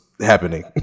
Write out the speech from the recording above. happening